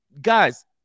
Guys